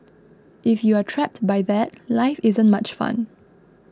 if you are trapped by that life isn't much fun